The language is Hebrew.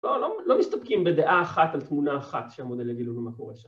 ‫לא מסתפקים בדעה אחת על תמונה אחת ‫שהמודל יגיד לנו מה קורה שם.